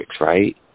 right